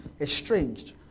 estranged